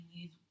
use